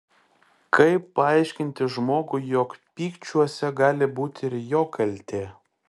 kaip paaiškinti žmogui jog pykčiuose gali būti ir jo kaltė